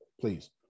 please